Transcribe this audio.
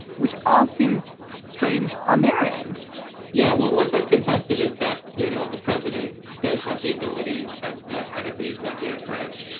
which all seems strange on their end yeah, well, let's look contested is that, you know, the president does have the ability as the head of the executive branch,